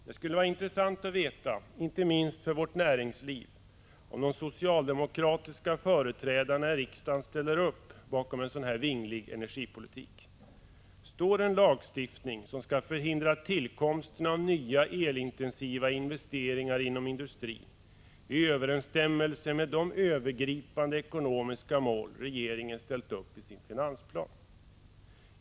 Det skulle vara intressant att veta — inte minst för vårt näringsliv — om de socialdemokratiska företrädarna i riksdagen ställer upp bakom en sådan här vinglig energipolitik. Står en lagstiftning som skall förhindra tillkomsten av nya elintensiva investeringar inom industrin i överensstämmelse med de övergripande ekonomiska mål som regeringen ställt upp i sin finansplan?